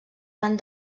van